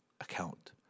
account